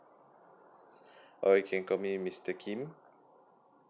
uh you can call me mister kim